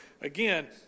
again